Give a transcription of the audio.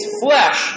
flesh